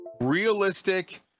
realistic